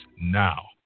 now